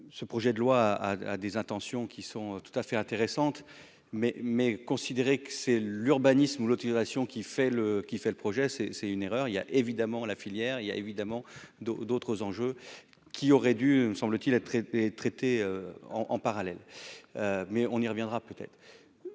ce projet de loi a des intentions qui sont tout à fait intéressante mais mais considérer que c'est l'urbanisme ou l'autorisation qui fait le qui fait le projet, c'est, c'est une erreur, il y a évidemment la filière, il y a évidemment d'autres enjeux qui aurait dû me semble-t-il, a traité, traité en en parallèle mais on y reviendra peut-être,